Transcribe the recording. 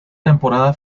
temporada